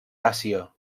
àsia